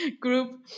group